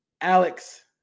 alex